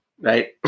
right